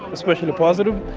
especially positive,